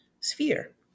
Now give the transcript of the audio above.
sphere